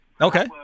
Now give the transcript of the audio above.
Okay